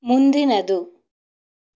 ಮುಂದಿನದು